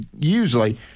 usually